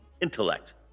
intellect